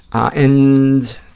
and